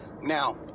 Now